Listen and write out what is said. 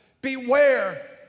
beware